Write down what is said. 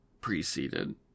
preceded